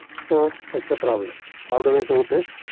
so it's a problem. how do we do this?